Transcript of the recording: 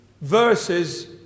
verses